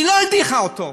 היא לא הדיחה אותו,